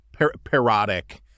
parodic